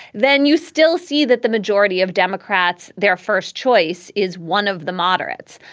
then you still see that the majority of democrats, their first choice is one of the moderates.